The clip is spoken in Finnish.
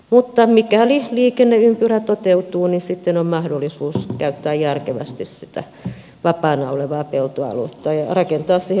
mutta mikäli liikenneympyrä toteutuu niin sitten on mahdollisuus käyttää järkevästi sitä vapaana olevaa peltoaluetta ja rakentaa siihen monipuolista asuntotuotantoa